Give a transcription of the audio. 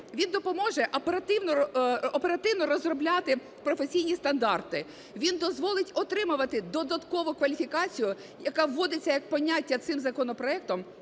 Він допоможе оперативно розробляти професійні стандарти. Він дозволить отримувати додаткову кваліфікацію, яка вводиться як поняття цим законопроектом